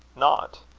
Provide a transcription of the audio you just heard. not?